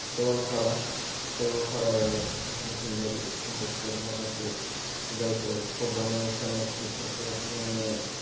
सरलपारा सरलपारायाव मिथिंगायारि सम्पदफोर माखासे जायफोर सरजाबनानै थानाय बेफोरखौ जोंनि